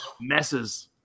messes